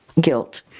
guilt